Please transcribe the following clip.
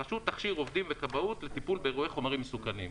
הרשות תכשיר עובדים וכבאות לטיפול באירועי חומרים מסוכנים.